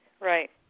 Right